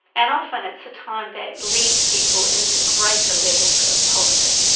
and often it's a time that leads people into greater levels of poverty.